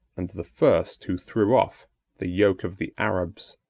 and the first who threw off the yoke of the arabs.